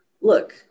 look